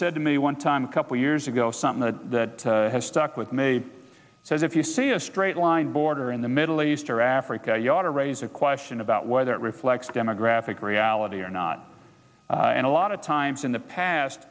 said to me one time a couple years ago something that has stuck with me says if you see a straight line border in the middle east or africa you ought to raise a question about whether it reflects demographic reality or not and a lot of times in the past